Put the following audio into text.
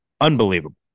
unbelievable